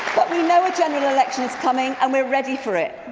we know a general election is coming and we're ready for it.